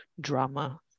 drama